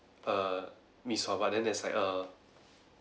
err mee suah but then there's like a